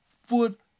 foot